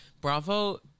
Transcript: Bravo